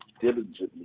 diligently